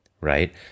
right